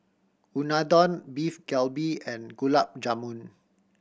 Unadon Beef Galbi and Gulab Jamun